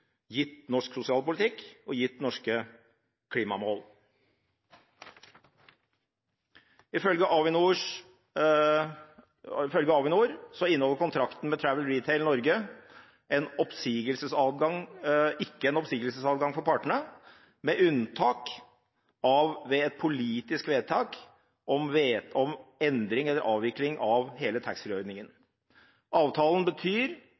gitt norsk sosialpolitikk og gitt norske klimamål. Ifølge Avinor inneholder kontrakten med Travel Retail Norway ikke en oppsigelsesadgang for partene, med unntak av ved et politisk vedtak om endring eller avvikling av hele taxfree-ordningen. Avtalen betyr